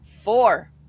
Four